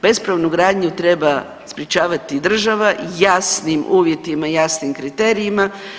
Bespravnu gradnju treba sprječavati država jasnim uvjetima i jasnim kriterijima.